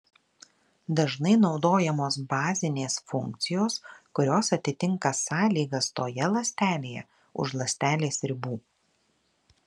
dažnai naudojamos bazinės funkcijos kurios atitinka sąlygas toje ląstelėje už ląstelės ribų